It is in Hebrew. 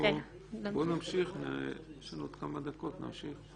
יש לנו עוד כמה דקות, נמשיך.